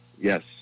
yes